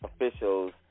officials